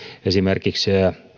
esimerkiksi